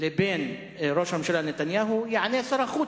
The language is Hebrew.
לבין ראש הממשלה נתניהו יענה שר החוץ,